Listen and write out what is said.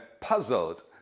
puzzled